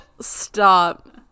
stop